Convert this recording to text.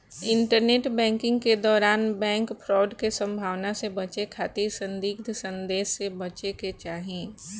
internet banking के दौरान bank fraud के संभावना से बचे खातिर संदिग्ध संदेश से बचे के चाही